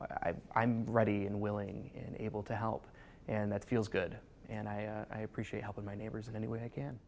s i'm ready and willing and able to help and that feels good and i appreciate help of my neighbors in any way again